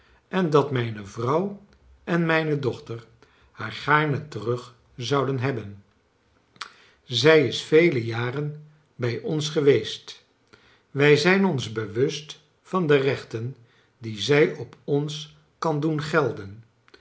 en dat mijne vrouw en mijne dochter haar gaarne terug zouden hebben zij is vele jaren bij ons geweest wij zijn ons bewust van de rechten die zij op ons kan doen gelden